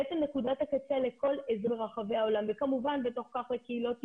בעצם נקודת הקצה ברחבי העולם וכמובן בתוך כך לקהילות יהודיות,